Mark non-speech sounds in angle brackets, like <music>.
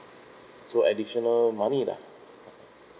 so additional money lah <laughs>